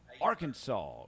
Arkansas